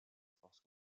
forces